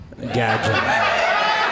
Gadget